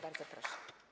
Bardzo proszę.